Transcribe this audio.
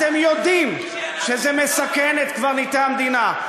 אתם יודעים שזה מסכן את קברניטי המדינה,